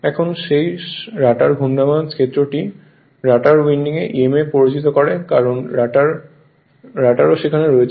এখন সেই রটার ঘূর্ণায়মান ক্ষেত্রটিও রটার উইন্ডিংয়ে emf প্ররোচিত করে কারণ রটারও সেখানে রয়েছে